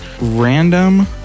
random